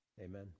Amen